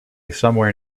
somewhere